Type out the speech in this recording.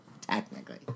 technically